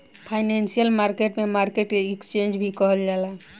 financial market में market के exchange भी कहल जाला